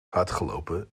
hardgelopen